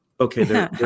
Okay